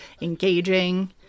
engaging